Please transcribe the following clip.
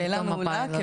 שאלה מעולה,